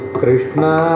krishna